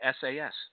SAS